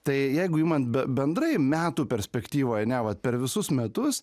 tai jeigu imant be bendrai metų perspektyvoj ane va per visus metus